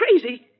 crazy